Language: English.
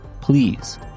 please